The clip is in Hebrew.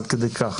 עד כדי כך.